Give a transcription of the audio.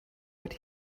what